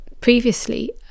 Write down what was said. previously